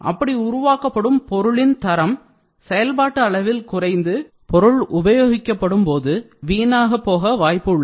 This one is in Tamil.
அப்படி உருவாக்கப்படும் பொருளின் தரம் செயல்பாட்டு அளவில் குறைந்து பொருள் உபயோகிக்கப்படும் போது வீணாக போக வாய்ப்பு உள்ளது